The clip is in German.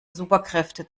superkräfte